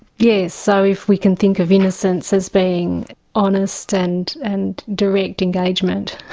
yes, so if we can think of innocence as being honest and and direct engagement,